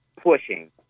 pushing